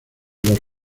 los